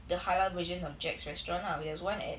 the halal version of jack's restaurant lah there was one at